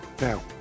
Now